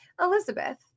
Elizabeth